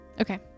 okay